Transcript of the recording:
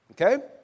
okay